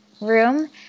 room